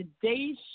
today's